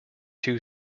two